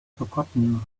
forgotten